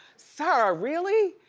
sir, ah really?